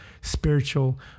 spiritual